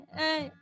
hey